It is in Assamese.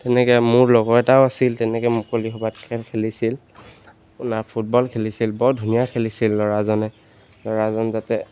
তেনেকৈ মোৰ লগৰ এটাও আছিল তেনেকৈ মুকলি সভাত খেল খেলিছিল আপোনাৰ ফুটবল খেলিছিল বৰ ধুনীয়া খেলিছিল ল'ৰাজনে ল'ৰাজন যাতে